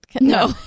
No